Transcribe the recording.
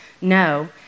No